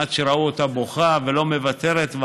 עד שראו אותה בוכה ולא מוותרת,